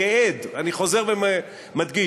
כעד אני חוזר ומדגיש,